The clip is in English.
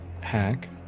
hack